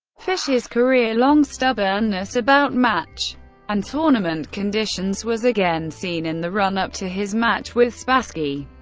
fischer's career-long stubbornness about match and tournament conditions was again seen in the run-up to his match with spassky.